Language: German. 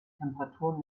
temperaturen